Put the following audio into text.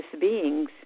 beings